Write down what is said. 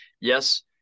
yes